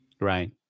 Right